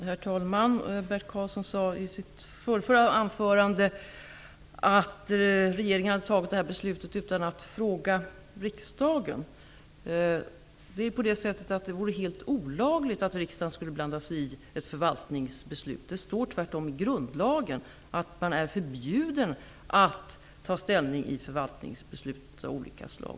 Herr talman! Bert Karlsson sade i sitt förrförra anförande att regeringen hade fattat detta beslut utan att fråga riksdagen. Det vore helt olagligt om riksdagen skulle blanda sig i ett förvaltningsbeslut. Det står t.o.m. i grundlagen att riksdagen är förbjuden att ta ställning i förvaltningsbeslut av olika slag.